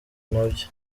nabyo